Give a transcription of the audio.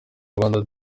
rwanda